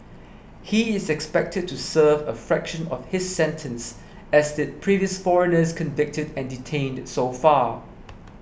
he is expected to serve a fraction of his sentence as did previous foreigners convicted and detained so far